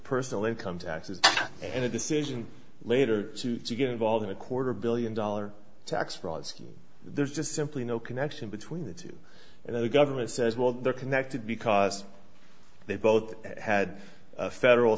personal income taxes and a decision later to get involved in a quarter billion dollar tax fraud scheme there's just simply no connection between the two and the government says well they're connected because they both had federal